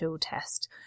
test